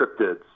cryptids